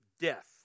death